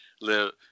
Live